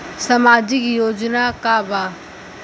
सामाजिक योजना का बा?